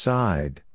side